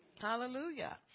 Hallelujah